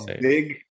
big